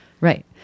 Right